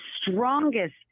strongest